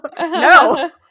no